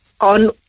on